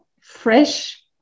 fresh